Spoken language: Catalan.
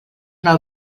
una